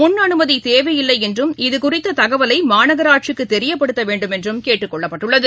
முள் அனுமதிதேவையில்லைஎன்றும் இதுகுறித்ததகவலைமாநகராட்சிக்குதெரியப்படுத்தவேண்டும் என்றும் கேட்டுக்கொள்ளப்பட்டுள்ளது